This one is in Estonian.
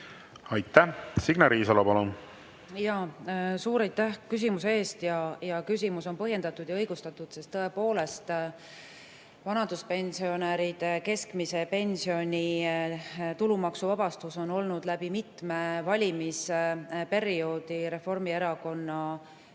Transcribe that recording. Aitäh! Signe Riisalo, palun! Jaa, suur aitäh küsimuse eest! Küsimus on põhjendatud ja õigustatud, sest tõepoolest, vanaduspensionäride keskmise pensioni tulumaksuvabastus on olnud läbi mitme valimisperioodi Reformierakonna üks